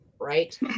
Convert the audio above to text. Right